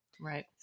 Right